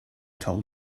told